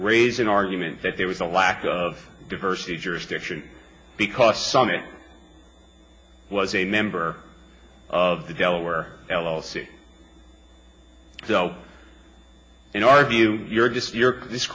raise an argument that there was a lack of diversity jurisdiction because some it was a member of the delaware l l c so in our view